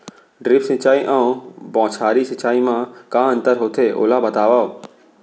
Drip सिंचाई अऊ बौछारी सिंचाई मा का अंतर होथे, ओला बतावव?